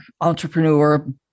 entrepreneur